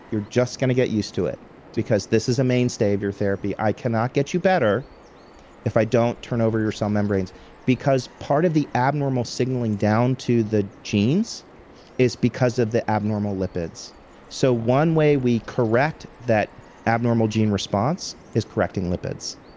just going to get used to it because this is a mainstay of your therapy i cannot get you better if i don't turn over your cell membranes because part of the abnormal signaling down to the genes is because of the abnormal lipids so one way we correct that abnormal gene response is correcting lipids.